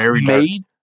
made